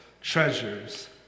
treasures